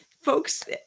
folks